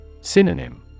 Synonym